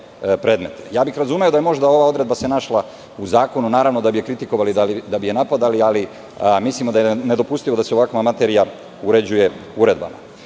bih da se možda ova odredba našla u zakonu, naravno da bi je kritikovali, da bi je napadali, ali mislimo da je nedopustivo da se ovakva materija uređuje uredbama. Potpuno